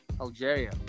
Algeria